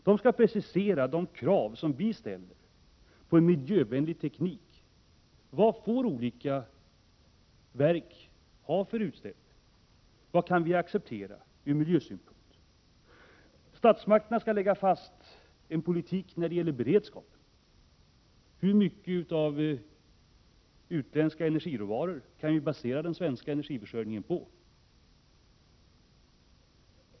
De skall precisera de miljömässiga krav som vi politiker ställer, vilka utsläpp vi kan acceptera. Statsmakterna skall också lägga fast en politik när det gäller beredskapen: Hur mycket utländska energiråvaror kan vi basera den svenska energiförsörjningen på?